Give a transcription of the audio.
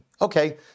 Okay